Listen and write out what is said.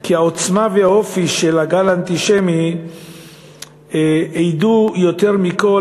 כי העוצמה והאופי של הגל האנטישמי העידו יותר מכול